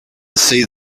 see